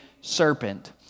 serpent